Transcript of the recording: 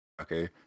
okay